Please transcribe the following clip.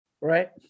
Right